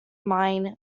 mine